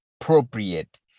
appropriate